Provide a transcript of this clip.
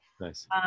Nice